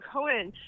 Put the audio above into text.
Cohen